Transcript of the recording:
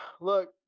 look